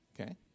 Okay